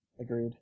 Agreed